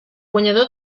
guanyador